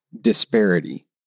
disparity